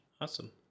Awesome